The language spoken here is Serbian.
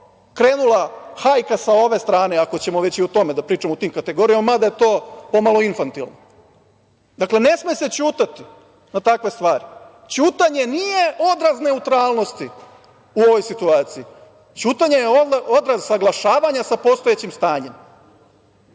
krenula hajka sa ove strane, ako ćemo već o tome da pričamo i o tim kategorijama, mada je to po malo infantilno. Dakle, ne sme se ćutati na takve stvari. Ćutanje nije odraz neutralnosti u ovoj situaciji. Ćutanje je odraz usaglašavanja sa postojećim stanjem.